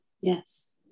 yes